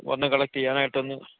വന്ന് കലക്ടെയ്യാനായിട്ടൊന്ന്